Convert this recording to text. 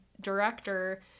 director